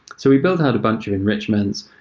so we built out a bunch of enrichments.